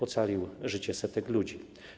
Ocalił życie setek ludzi.